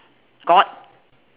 god